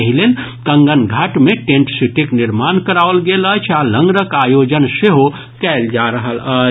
एहि लेल कंगन घाट मे टेंट सिटीक निर्माण कराओल गेल अछि आ लंगरक आयोजन सेहो कयल जा रहल अछि